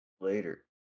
Later